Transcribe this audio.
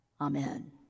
Amen